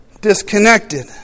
disconnected